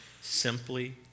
Simply